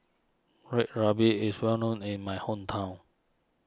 Red Ruby is well known in my hometown